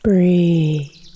Breathe